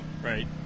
Right